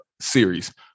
series